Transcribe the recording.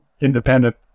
independent